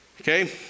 Okay